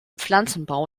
pflanzenbau